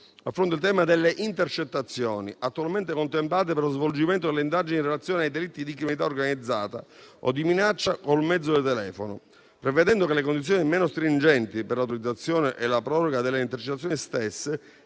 affronta il tema delle intercettazioni, attualmente contemplate per lo svolgimento delle indagini in relazione ai delitti di criminalità organizzata o di minaccia con il mezzo del telefono, prevedendo che le condizioni meno stringenti per l'autorizzazione e la proroga delle intercettazioni stesse